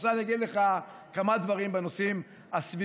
עכשיו אני אגיד לך כמה דברים בנושאים הסביבתיים,